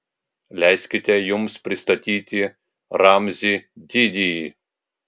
leiskite jums pristatyti ramzį didįjį